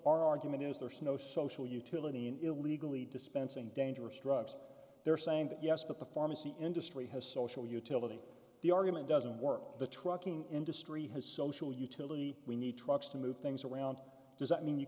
argument is there so no social utility in illegally dispensing dangerous drugs they're saying that yes but the pharmacy industry has social utility the argument doesn't work the trucking industry has social utility we need trucks to move things around does that mean you